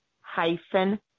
hyphen